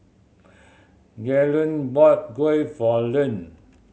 Galen bought kuih for Lem